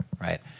right